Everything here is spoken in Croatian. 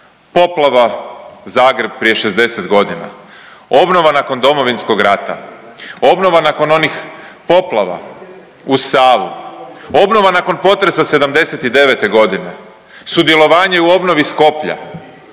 poplava Zagreb prije 60 godina, obnova nakon Domovinskog rata, obnova nakon onih poplava uz Savu, obnova nakon potresa '79.g., sudjelovanje u obnovi Skoplja,